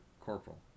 Corporal